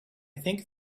think